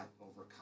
overcome